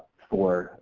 for,